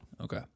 Okay